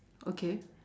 okay